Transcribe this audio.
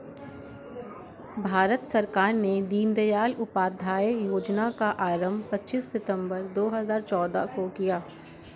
भारत सरकार ने दीनदयाल उपाध्याय योजना का आरम्भ पच्चीस सितम्बर दो हज़ार चौदह को किया